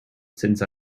since